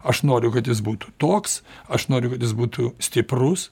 aš noriu kad jis būtų toks aš noriu kad jis būtų stiprus